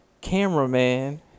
cameraman